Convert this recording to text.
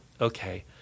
okay